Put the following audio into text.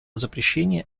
запрещения